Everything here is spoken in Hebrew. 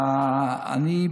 מקשיב.